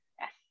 Yes